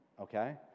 Okay